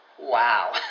wow